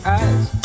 eyes